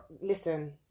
listen